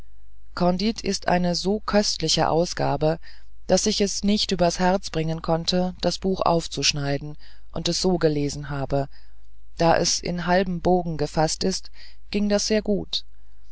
ist eine so köstliche ausgabe daß ich es nicht übers herz bringen konnte das buch aufzuschneiden und es so gelesen habe da es in halben bogen gefaßt ist ging das sehr gut